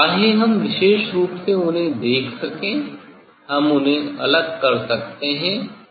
चाहे हम विशेष रूप से उन्हें देख सकें हम उन्हें अलग कर सकते हैं या नहीं